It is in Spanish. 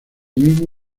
mismo